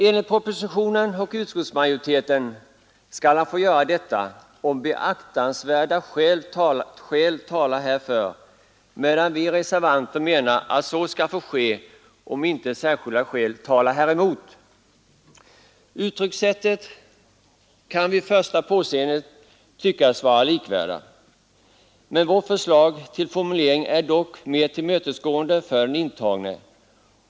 Enligt propositionen och utskottsmajoriteten skall han få göra detta, om beaktansvärda skäl talar härför, medan vi reservanter menar att så skall få ske, om inte särskilda skäl talar häremot. Uttryckssätten kan vid första påseendet tyckas vara likvärda. Vårt förslag till formulering är dock mer tillmötesgående för den intagne.